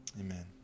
Amen